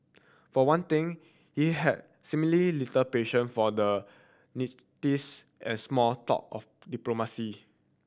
for one thing he had seemingly little patience for the niceties and small talk of diplomacy